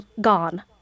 gone